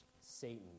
Satan